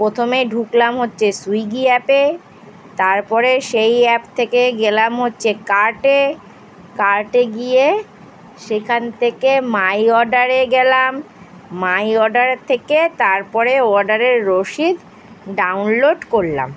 প্রথমে ঢুকলাম হচ্ছে সুইগি অ্যাপে তারপরে সেই অ্যাপ থেকে গেলাম হচ্ছে কার্টে কার্টে গিয়ে সেখান থেকে মাই অর্ডারে গেলাম মাই অর্ডার থেকে তারপরে অর্ডারের রশিদ ডাউনলোড করলাম